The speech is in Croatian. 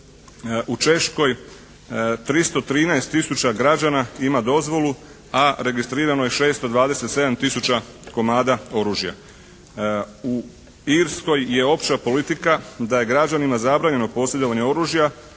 u Češkoj, 313 tisuća građana ima dozvolu, a registrirano je 627 tisuća komada oružja. U Irskoj je opća politika da je građanima zabranjeno posjedovanje oružja